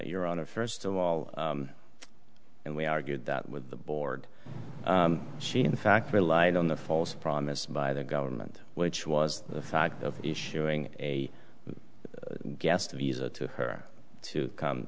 your honor first of all and we argued that with the board she in fact relied on the false promise by the government which was the fact of issuing a guest of user to her to come